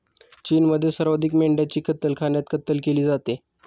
चीनमध्ये सर्वाधिक मेंढ्यांची कत्तलखान्यात कत्तल केली जाते